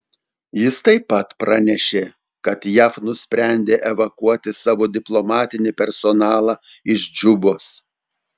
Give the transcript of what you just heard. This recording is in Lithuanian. jis taip pat pranešė kad jav nusprendė evakuoti savo diplomatinį personalą iš džubos